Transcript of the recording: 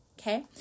Okay